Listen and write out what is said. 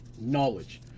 knowledge